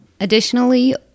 Additionally